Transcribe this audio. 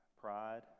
pride